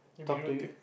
talk to you